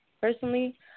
personally